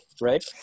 right